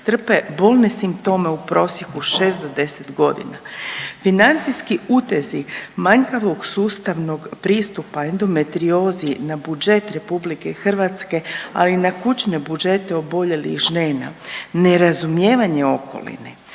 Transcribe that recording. trpe bolne simptome u prosjeku 6 do 10 godina, financijski utezi manjkavog sustavnog pristupa endometriozi na budžet RH, a i na kućne budžete oboljelih žena, nerazumijevanje okoline,